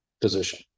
position